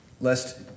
lest